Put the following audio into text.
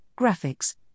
graphics